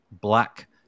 black